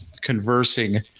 conversing